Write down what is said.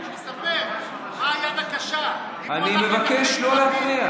רק תספר מה היד הקשה, אני מבקש לא להפריע.